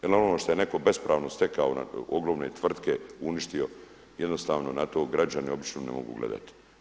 Jer normalno što je neko bespravno stekao ogromne tvrtke uništio jednostavno na to građani obično ne mogu gledati.